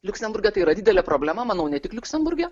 liuksemburge tai yra didelė problema manau ne tik liuksemburge